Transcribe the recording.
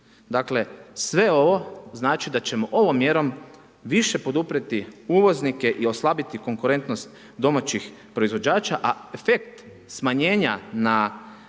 Dakle, sve ovo znači da ćemo ovom mjerom više poduprijeti uvoznike i oslabiti konkurentnost domaćih proizvođača, a efekt smanjenja